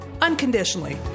unconditionally